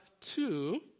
two